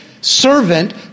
servant